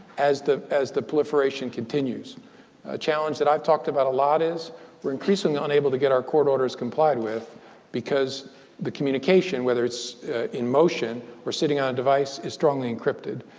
as as the proliferation continues. a challenge that i've talked about a lot is we're increasingly unable to get our court orders complied with because the communication, whether it's in motion or sitting on a device, is strongly encrypted.